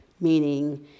meaning